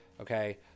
Okay